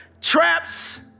Traps